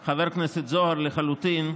חבר הכנסת זוהר, לחלוטין,